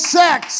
sex